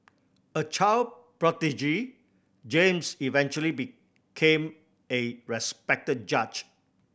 a child prodigy James eventually became a respected judge